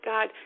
God